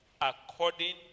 according